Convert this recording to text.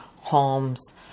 homes